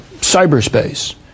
cyberspace